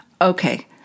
Okay